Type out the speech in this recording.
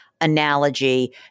analogy